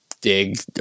dig